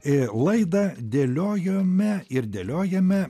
ir laidą dėliojome ir dėliojame